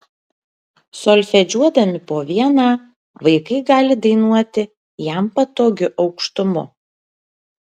solfedžiuodami po vieną vaikai gali dainuoti jam patogiu aukštumu